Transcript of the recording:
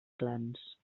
clans